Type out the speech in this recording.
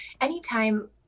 anytime